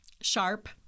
sharp